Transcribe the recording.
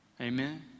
Amen